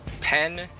Pen